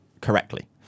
correctly